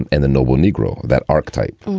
and the noble negro, that archetype,